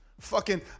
Fucking-